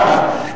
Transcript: כן.